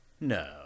No